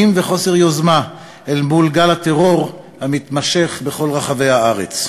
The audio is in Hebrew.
וחוסר יוזמה אל מול גל הטרור המתמשך בכל רחבי הארץ.